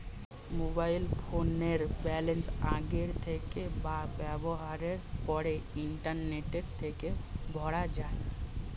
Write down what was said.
mobile ফোনের balance আগের থেকে বা ব্যবহারের পর ইন্টারনেট থেকে ভরা যায়